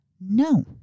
No